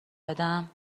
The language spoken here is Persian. بدم